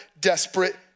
desperate